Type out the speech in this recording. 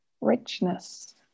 richness